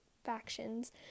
factions